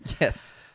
yes